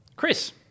Chris